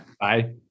Bye